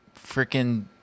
freaking